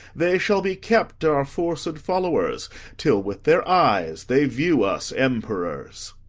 they shall be kept our forced followers till with their eyes they view us emperors.